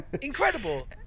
Incredible